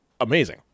amazing